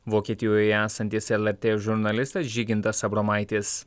vokietijoje esantis lrt žurnalistas žygintas abromaitis